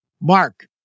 Mark